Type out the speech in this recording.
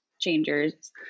changers